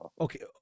okay